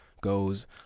goes